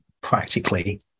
practically